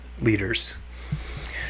leaders